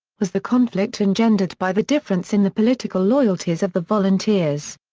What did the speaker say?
was the conflict engendered by the difference in the political loyalties of the volunteers.